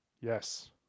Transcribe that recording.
Yes